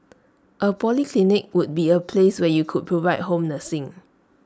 A polyclinic could be A place where you could provide home nursing